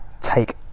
take